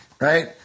Right